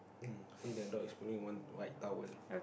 um see the dog is pulling one white towel